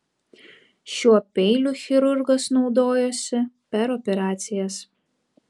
šiuo peiliu chirurgas naudojosi per operacijas